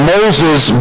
Moses